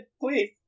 please